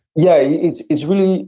yeah. it's it's really